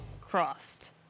crossed